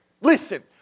Listen